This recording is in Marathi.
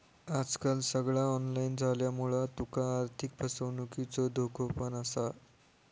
आजकाल सगळा ऑनलाईन झाल्यामुळा तुका आर्थिक फसवणुकीचो धोको पण असा